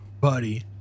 buddy